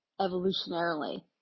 evolutionarily